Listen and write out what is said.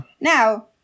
Now